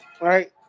right